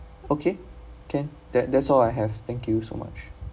okay can that that's all I have thank you so much